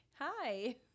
Hi